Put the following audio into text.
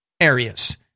areas